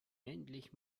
endlich